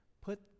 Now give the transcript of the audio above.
put